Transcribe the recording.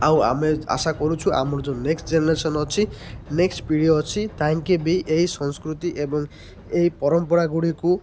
ଆଉ ଆମେ ଆଶା କରୁଛୁ ଆମର ଯେଉଁ ନେକ୍ସ୍ଟ ଜେନରେସନ୍ ଅଛି ନେକ୍ସ୍ଟ ପିଢ଼ି ଅଛି ତାଙ୍କେ ବି ଏ ସଂସ୍କୃତି ଏବଂ ଏହି ପରମ୍ପରାଗୁଡ଼ିକୁ